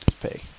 pay